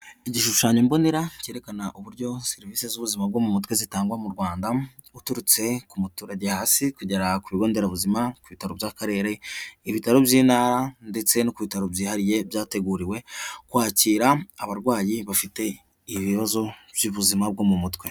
Igishushanyo mbonera cyerekana uburyo serivisi z'ubuzima bwo mu mutwe zitangwa mu Rwanda, uturutse ku muturage hasi kugera ku bigo nderabuzima, ku bitaro by'akarere, ibitaro by'intara ndetse no ku bitaro byihariye byateguriwe kwakira abarwayi bafite ibibazo by'ubuzima bwo mu mutwe.